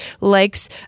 likes